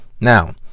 now